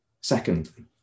Secondly